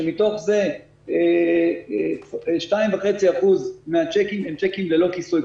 שמתוך זה 2.5% מהצ'קים הם צ'קים ללא כיסוי.